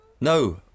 No